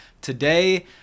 today